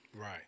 Right